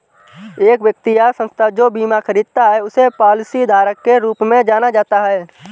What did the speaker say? एक व्यक्ति या संस्था जो बीमा खरीदता है उसे पॉलिसीधारक के रूप में जाना जाता है